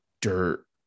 dirt